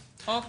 רק